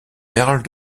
perles